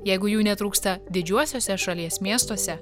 jeigu jų netrūksta didžiuosiuose šalies miestuose